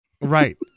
right